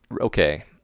okay –